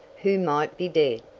who might be dead,